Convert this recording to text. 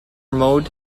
mode